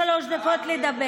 יש לי שלוש דקות לדבר.